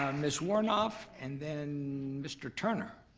ms. warnoff and then mr. turner,